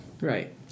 Right